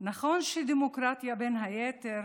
נכון שדמוקרטיה היא בין היתר